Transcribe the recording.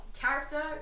Character